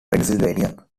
pennsylvania